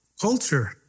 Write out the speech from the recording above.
culture